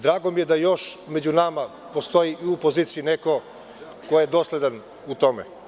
Drago mi je da još među nama postoji i u poziciji neko ko je dosledan u tome.